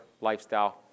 lifestyle